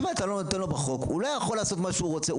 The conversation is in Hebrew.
אם אתה לא נותן לו בחוק הוא לא יכול לעשות מה שהוא רוצה,